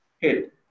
hit